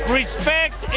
respect